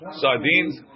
sardines